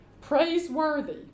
praiseworthy